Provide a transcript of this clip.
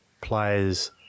players